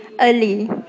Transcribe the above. early